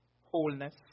wholeness